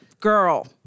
Girl